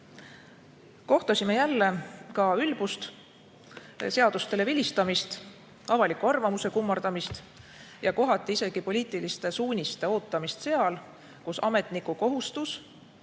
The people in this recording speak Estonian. Kohtasime jälle ülbust, seadustele vilistamist, avaliku arvamuse kummardamist ja kohati isegi poliitiliste suuniste ootamist seal, kus ametniku kohustus